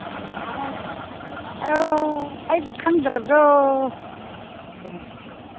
ꯍꯥꯏ ꯑꯣ ꯑꯩꯕꯨ ꯈꯪꯗ꯭ꯔꯕꯣ